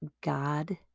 God